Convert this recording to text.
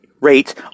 rate